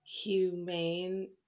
humane